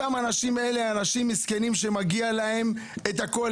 אותם אנשים אלה אנשים מסכנים שמגיע להם את הכול,